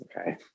Okay